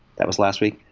that was last week.